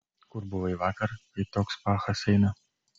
kur buvai vakar kai toks pachas eina